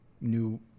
new